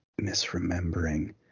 misremembering